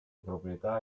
proprietà